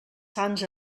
sants